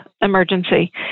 emergency